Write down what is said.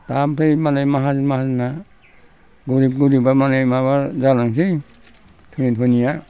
दा ओमफ्राय मालाय माहाजोन माहाजोनआ गरिब गरिबा माने माबा जालांसै गरिबफोरनिया